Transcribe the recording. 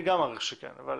אני גם מעריך שכן, אבל